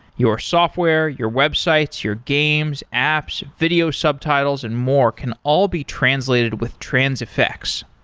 your software, your websites, your games, apps, video subtitles and more can all be translated with transifex.